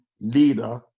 leader